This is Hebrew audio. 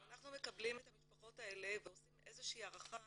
אנחנו מקבלים את המשפחות האלה ועושים הערכה